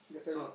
the cen~